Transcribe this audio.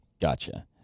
Gotcha